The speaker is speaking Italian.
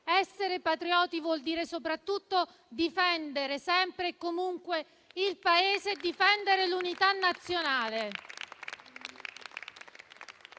Essere patrioti vuol dire soprattutto difendere sempre e comunque il Paese, l'unità nazionale